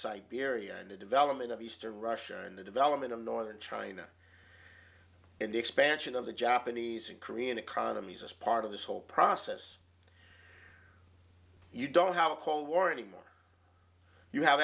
bierria and the development of eastern russia and the development of northern china and the expansion of the japanese and korean economy as part of this whole process you don't have a cold war anymore you have